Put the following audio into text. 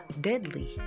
deadly